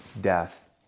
death